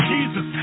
Jesus